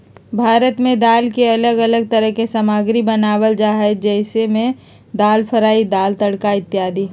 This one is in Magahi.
भारत में दाल के अलग अलग तरह के सामग्री बनावल जा हइ जैसे में दाल फ्राई, दाल तड़का इत्यादि